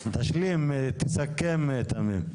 תשלים, תסכם תמים.